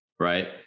right